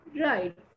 Right